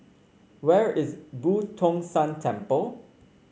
where is Boo Tong San Temple